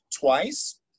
twice